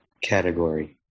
category